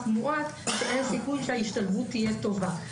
מעטות שאין סיכוי שההשתלבות תהיה טובה.